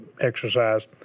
exercise